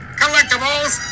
collectibles